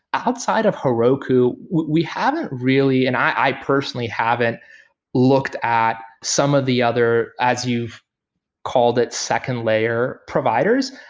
outside of heroku, we haven't really and i personally haven't looked at some of the other as you've called it, second layer providers.